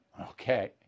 Okay